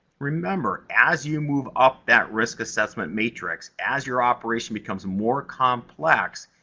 remember, as you move up that risk assessment matrix, as your operation becomes more complex,